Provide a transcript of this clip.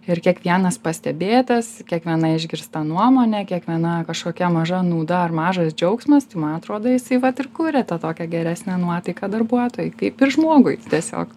ir kiekvienas pastebėtas kiekviena išgirsta nuomonė kiekviena kažkokia maža nauda ar mažas džiaugsmas tai man atrodo jisai vat ir kuria tą tokią geresnę nuotaiką darbuotojui kaip ir žmogui tiesiog